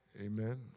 Amen